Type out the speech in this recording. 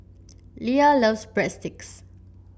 Lea loves Breadsticks